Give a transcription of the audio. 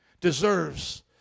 deserves